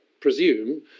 presume